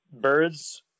Birds